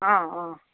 অঁ অঁ